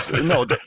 no